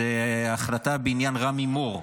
זו ההחלטה בעניין רמי מור,